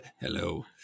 hello